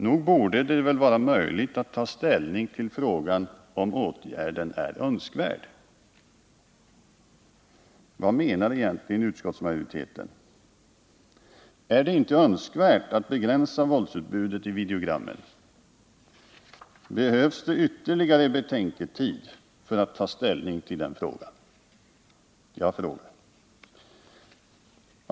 Nog borde det vara möjligt att ta ställning till frågan om åtgärden är önskvärd. Vad menar egentligen utskottsmajoriteten? Är det inte önskvärt att begränsa våldsutbudet i videogrammen? Behövs det ytterligare betänketid för att ta ställning till den frågan?